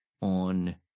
on